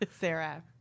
Sarah